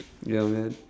ya man